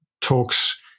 talks